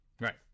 Right